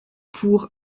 pour